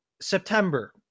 September